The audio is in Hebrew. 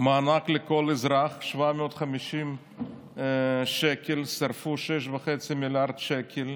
מענק של 750 שקל לכל אזרח, שרפו 6.5 מיליארד שקל,